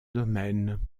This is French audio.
domaine